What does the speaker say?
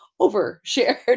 overshared